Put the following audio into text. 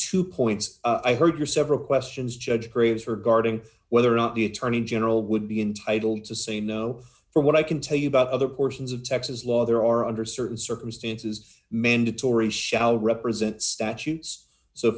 two points i heard your several questions judge graves regarding whether or not the attorney general would be intitled to say no from what i can tell you about other portions of texas law there are under certain circumstances mandatory shall represent statutes so